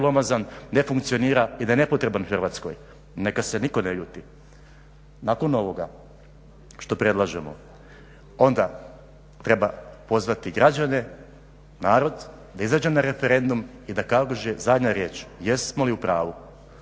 ne funkcionira i da je nepotreban Hrvatskoj, neka se nitko ne ljuti. Nakon ovoga što predlažemo, onda treba pozvati građane, narod da izađe na referendum i da … zajedno riječ, jesmo li u pravu?